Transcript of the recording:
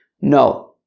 No